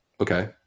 okay